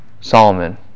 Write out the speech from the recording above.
Solomon